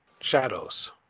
Shadows